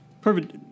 Perfect